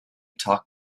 talk